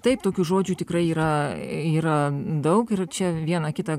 taip tokių žodžių tikrai yra yra daug ir čia vieną kitą